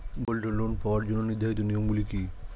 Gold loan পাওয়ার জন্য নির্ধারিত নিয়ম গুলি কি?